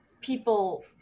people